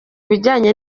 bijyanye